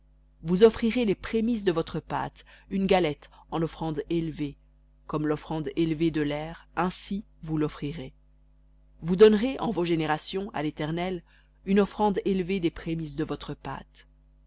vous offrirez les prémices de votre pâte une galette en offrande élevée comme l'offrande élevée de l'aire ainsi vous loffrirez vous donnerez en vos générations à l'éternel une offrande élevée des prémices de votre pâte